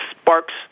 sparks